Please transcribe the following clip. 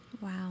Wow